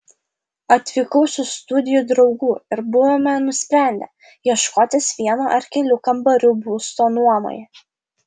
atvykau su studijų draugu ir buvome nusprendę ieškotis vieno ar kelių kambarių būsto nuomai